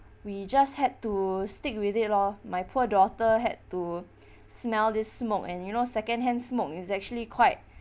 we just had to stick with it lor my poor daughter had to smell this smoke and you know second hand smoke it's actually quite